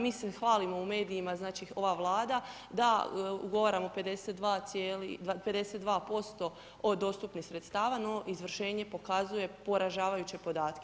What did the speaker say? Mi se hvalimo u medijima znači ova vlada da ugovaramo 52% od dostupnih sredstava, no izvršenje pokazuje poražavajuće podatke.